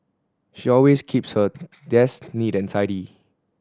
she always keeps her desk neat and tidy